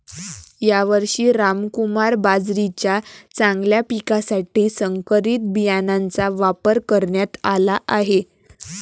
यावर्षी रामकुमार बाजरीच्या चांगल्या पिकासाठी संकरित बियाणांचा वापर करण्यात आला आहे